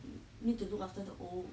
need to look after the old